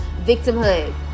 victimhood